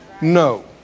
No